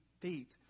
feet